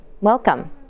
Welcome